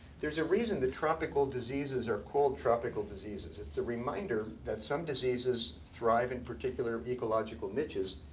there's a reason that tropical diseases are called tropical diseases. it's a reminder that some diseases thrive in particular ecological niches,